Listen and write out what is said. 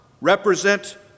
represent